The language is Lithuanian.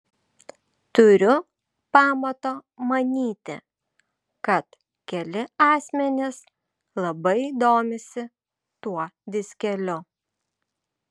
turiu pamato manyti kad keli asmenys labai domisi tuo diskeliu